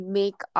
make